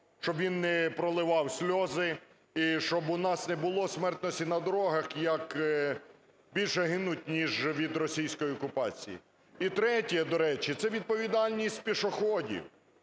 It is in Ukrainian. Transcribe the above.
щоб він не проливав сльози і щоб у нас не було смертності на дорогах, як більше гинуть, ніж від російської окупації. І третє. До речі, це відповідальність пішоходів.